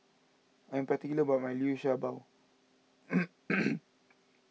I'm particular about my Liu Sha Bao